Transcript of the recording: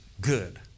good